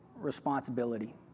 responsibility